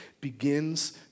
begins